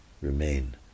Remain